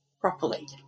properly